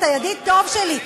אתה ידיד טוב שלי,